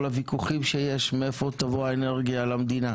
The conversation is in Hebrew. הוויכוחים שיש מאיפה תבוא אנרגיה למדינה.